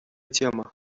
тема